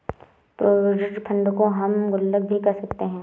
provident fund को हम गुल्लक भी कह सकते हैं